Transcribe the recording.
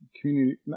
community